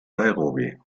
nairobi